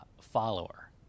follower